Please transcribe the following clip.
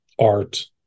art